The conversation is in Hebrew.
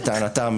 לטענתם,